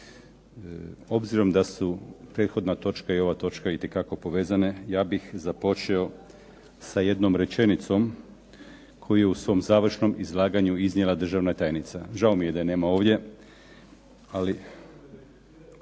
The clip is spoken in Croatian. Obzirom da su prethodna točka i ova točka itekako povezane ja bih započeo sa jednom rečenicom koju je u svom završnom izlaganju iznijela državna tajnica. Žao mi je da je nama ovdje.